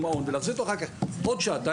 מעון ואחר כך להחזיר אותו מה שייקח עוד שעתיים.